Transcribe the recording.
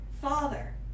father